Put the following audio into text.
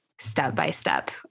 step-by-step